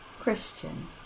Christian